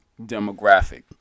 demographic